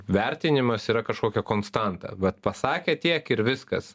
vertinimas yra kažkokia konstanta bet pasakė tiek ir viskas